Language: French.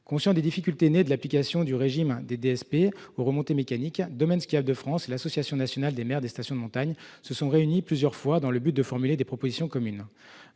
Conscients des difficultés nées de l'application du régime des délégations de service public aux remontées mécaniques, Domaines skiables de France et l'Association nationale des maires des stations de montagne se sont réunis plusieurs fois dans le but de formuler des propositions communes.